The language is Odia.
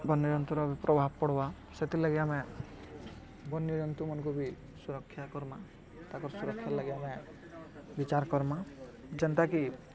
ବନ୍ୟଜନ୍ତୁର ବି ପ୍ରଭାବ ପଡ଼୍ବା ସେଥିର୍ଲାଗି ଆମେ ବନ୍ୟଜନ୍ତୁମାନଙ୍କୁ ବି ସୁରକ୍ଷା କର୍ମା ତାଙ୍କ ସୁରକ୍ଷା ଲାଗି ଆମେ ବିଚାର୍ କର୍ମା ଯେନ୍ତାକି